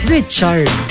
Richard